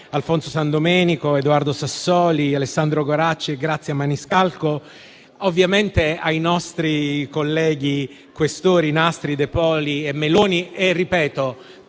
Grazie a tutti